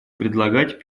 предлагать